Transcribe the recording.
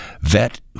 vet